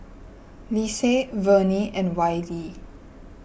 Lise Vernie and Wylie